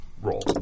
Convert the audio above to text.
Roll